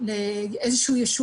ובמקום שבו בתוך המערך המשפחתי,